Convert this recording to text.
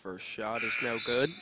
first shot is no good